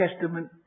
Testament